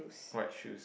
white shoes